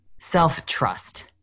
self-trust